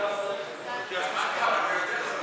התשע"ח 2018,